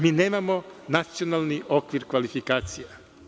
Mi nemamo nacionalni okvir kvalifikacija.